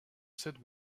cette